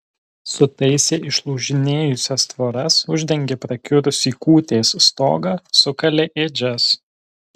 sutaisė išlūžinėjusias tvoras uždengė prakiurusį kūtės stogą sukalė ėdžias